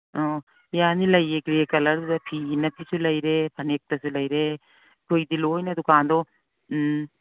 ꯑꯣ ꯌꯥꯅꯤ ꯂꯩꯌꯦ ꯒ꯭ꯔꯦ ꯀꯂꯔꯗ ꯐꯤ ꯏꯅꯐꯤꯁꯨ ꯂꯩꯔꯦ ꯐꯅꯦꯛꯇꯁꯨ ꯂꯩꯔꯦ ꯑꯩꯈꯣꯏꯗꯤ ꯂꯣꯏꯅ ꯗꯨꯀꯥꯟꯗꯣ ꯎꯝ